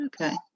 Okay